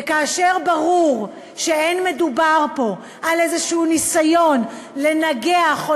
וכאשר ברור שאין מדובר פה על ניסיון כלשהו לנגח או